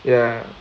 ya